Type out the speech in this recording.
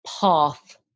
path